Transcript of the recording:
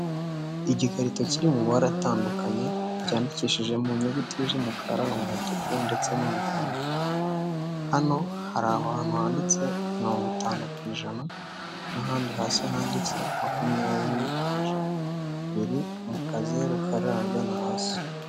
Igikarito kiri mu mara atandukanye cyandikishije mu nyuguti z'umukara, umutuku ndetse n'umuhondo, hano hari ahantu handitse mirongo itanu ku ijana n'ahandi hasi handitse makumyabiri ku ijana, biri mu kazeru kari ahagana hasi.